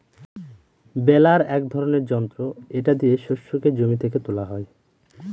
বেলার এক ধরনের যন্ত্র এটা দিয়ে শস্যকে জমি থেকে তোলা হয়